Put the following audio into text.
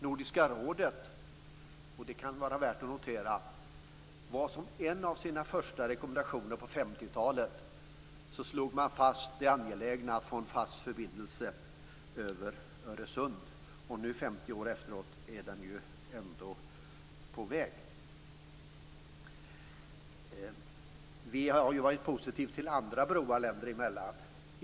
Nordiska rådet hade - detta kan det vara värt att notera - som en av sina första rekommendationer på 50-talet att det var angeläget med en fast förbindelse över Öresund. Nu, 50 år efteråt, är en sådan på väg. Vi har varit positiva till andra broar länder emellan.